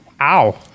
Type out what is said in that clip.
ow